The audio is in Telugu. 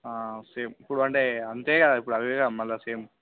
సేమ్ ఇప్పుడు అంటే అంతే కదా ఇప్పుడు అవే కదా మళ్ళీ సేమ్